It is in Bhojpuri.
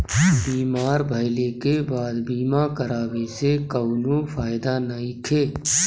बीमार भइले के बाद बीमा करावे से कउनो फायदा नइखे